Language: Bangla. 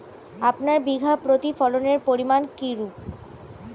আপনার বিঘা প্রতি ফলনের পরিমান কীরূপ?